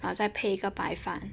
再配一个白饭